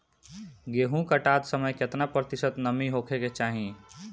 गेहूँ काटत समय केतना प्रतिशत नमी होखे के चाहीं?